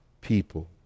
people